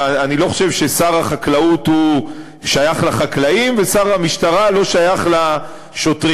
אני לא חושב ששר החקלאות שייך לחקלאים ושר המשטרה לא שייך לשוטרים.